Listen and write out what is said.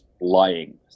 lying